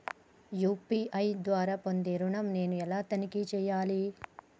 UPI ద్వారా పొందే ఋణం నేను ఎలా తనిఖీ చేయాలి?